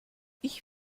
ich